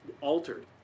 altered